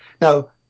Now